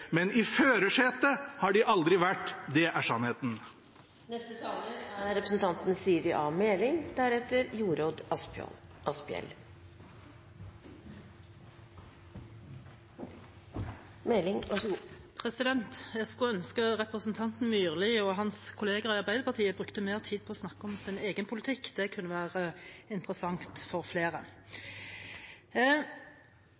Men i førersetet har de aldri vært. Det er sannheten. Jeg skulle ønske representanten Myrli og hans kolleger i Arbeiderpartiet brukte mer tid på å snakke om sin egen politikk. Det kunne være interessant for flere.